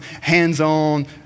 hands-on